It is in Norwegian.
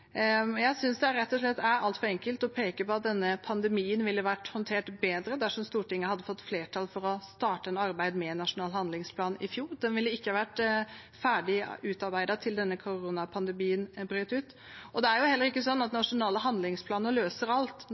Jeg synes rett og slett det er altfor enkelt å peke på at denne pandemien ville vært håndtert bedre dersom Stortinget hadde fått flertall for å starte et arbeid med en nasjonal handlingsplan i fjor. Den ville ikke vært ferdig utarbeidet før denne koronapandemien brøt ut. Det er heller ikke sånn at nasjonale handlingsplaner løser alt.